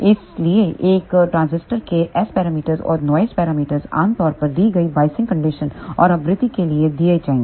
इसलिए एक ट्रांजिस्टर के एस पैरामीटर्स और नॉइस पैरामीटर आम तौर पर दी गई बायसिंग कंडीशन और आवृत्ति के लिए दिए जाएंगे